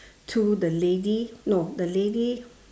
to the lady no the lady